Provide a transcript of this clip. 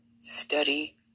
Study